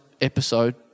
episode